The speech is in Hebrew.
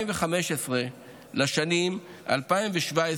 2015 ו-2017,